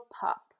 pup